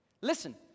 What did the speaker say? Listen